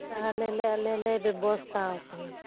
ᱛᱟᱦᱚᱞᱮ ᱟᱞᱮ ᱞᱮ ᱵᱮᱵᱚᱥᱛᱟᱣ ᱟᱯᱮᱭᱟ